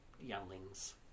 younglings